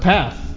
Path